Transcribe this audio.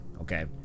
Okay